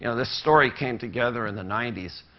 ah this story came together in the ninety s.